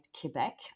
Quebec